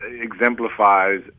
exemplifies